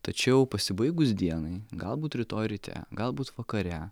tačiau pasibaigus dienai galbūt rytoj ryte galbūt vakare